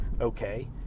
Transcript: Okay